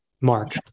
mark